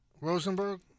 Rosenberg